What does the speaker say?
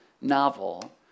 novel